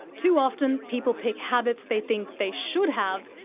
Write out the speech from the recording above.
too often people pick habits they think they should have,